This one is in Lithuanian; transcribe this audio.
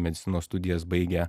medicinos studijas baigę